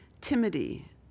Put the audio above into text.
Timidity